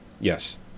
yes